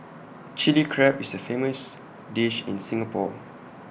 Chilli Crab is A famous dish in Singapore